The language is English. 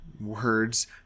words